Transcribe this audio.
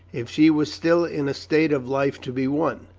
if she was still in a state of life to be won.